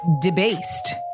debased